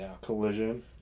collision